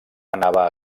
anava